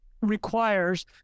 requires